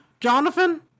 Jonathan